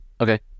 Okay